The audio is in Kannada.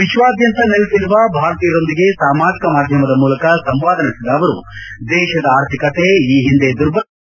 ವಿಶ್ವಾದ್ದಂತ ನೆಲೆಸಿರುವ ಭಾರತೀಯರೊಂದಿಗೆ ಸಾಮಾಜಿಕ ಮಾಧ್ದಮದ ಮೂಲಕ ಸಂವಾದ ನಡೆಸಿದ ಅವರು ದೇಶದ ಅರ್ಥಿಕತೆ ಈ ಹಿಂದೆ ದುರ್ಬಲವಾಗಿತ್ತು